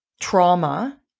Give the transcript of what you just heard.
trauma